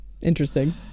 interesting